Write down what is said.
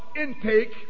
intake